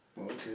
Okay